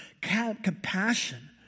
compassion